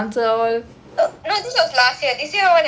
no this was last year this year one haven't release [what]